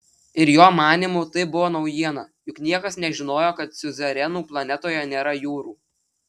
ir jo manymu tai buvo naujiena juk niekas nežinojo kad siuzerenų planetoje nėra jūrų